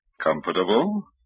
Comfortable